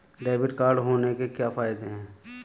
Debit card होने के क्या फायदे हैं?